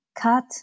Cut